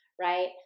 right